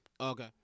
Okay